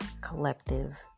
collective